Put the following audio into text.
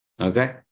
Okay